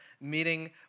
meeting